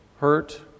hurt